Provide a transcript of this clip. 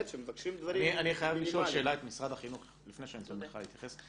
אני חייב לשאול שאלה את משרד החינוך לפני שאני נותן לך להתייחס.